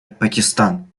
пакистан